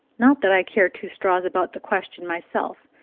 not that i care two straws about the question myself,